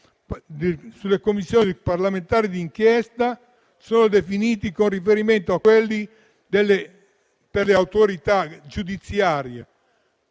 sulle Commissioni parlamentari di inchiesta, sono definiti con riferimento a quelli per le autorità giudiziarie;